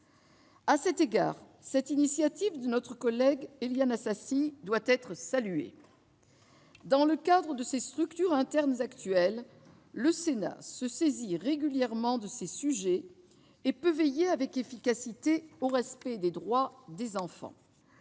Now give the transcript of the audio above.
À cet égard, cette initiative de notre collègue Éliane Assassi mérite d'être saluée. Dans le cadre de ses structures internes actuelles, le Sénat se saisit régulièrement de ces sujets et peut veiller avec efficacité au respect des droits des enfants.